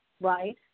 right